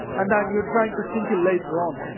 and then you're trying to sync it later on.